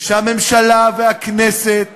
שהממשלה והכנסת